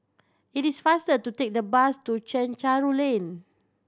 it is faster to take the bus to Chencharu Lane